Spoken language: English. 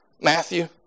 Matthew